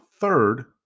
third